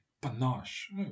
panache